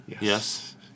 Yes